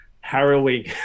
harrowing